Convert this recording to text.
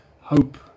hope